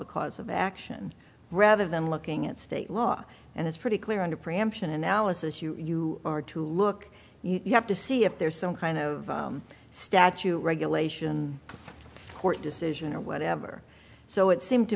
the cause of action rather than looking at state law and it's pretty clear under preemption analysis you are to look you have to see if there's some kind of statute regulation court decision or whatever so it seemed to